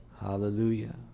hallelujah